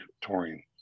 touring